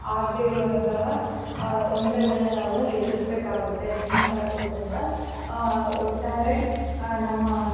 ಆಗದೇ ಇರುವಂತಹ ತೊಂದ್ರೆಗಳನ್ನ ನಾವು ಎದುರಿಸಬೇಕಾಗುತ್ತೆ ಜೀನ್ಸ್ ಹಾಕೋದ್ರಿಂದ ಒಟ್ಟಾರೆ ನಮ್ಮ